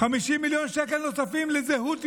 50 מיליון שקל נוספים לזהות יהודית,